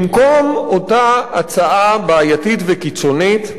במקום אותה הצעה בעייתית וקיצונית,